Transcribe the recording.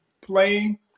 playing